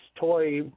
toy